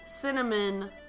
cinnamon